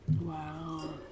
Wow